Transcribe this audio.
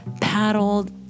paddled